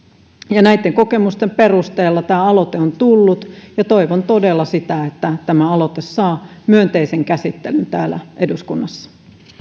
näitten kokemusten perusteella tämä aloite on tullut ja toivon todella sitä että tämä aloite saa myönteisen käsittelyn täällä eduskunnassa